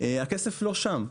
הכסף לא שם.